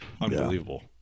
unbelievable